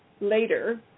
later